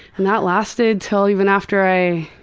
and that lasted until even after i